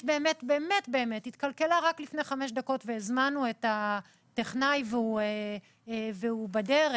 באמת התקלקלה רק לפני חמש דקות והוזמן טכנאי והוא בדרך